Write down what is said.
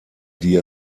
die